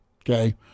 Okay